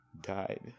died